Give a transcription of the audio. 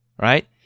Right